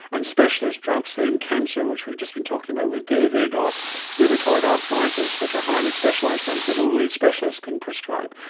and specialist drugs, say in cancer which we've just been talking about with david, or rheumatoid arthritis, which are highly specialised drugs which only specialists can describe.